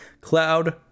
Cloud